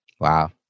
Wow